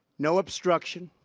no obstruction,